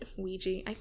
Ouija